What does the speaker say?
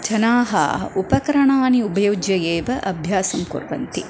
जनाः उपकरणानि उपयुज्य एव अभ्यासं कुर्वन्ति